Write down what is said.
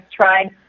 tried